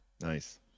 Nice